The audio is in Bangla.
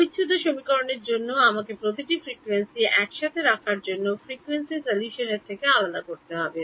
অবিচ্ছেদ্য সমীকরণের জন্য আমাকে প্রতিটি ফ্রিকোয়েন্সি একসাথে রাখার জন্য ফ্রিকোয়েন্সি সলিউশনের থেকে আলাদা করতে হবে